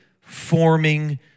forming